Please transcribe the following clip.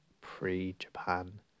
pre-Japan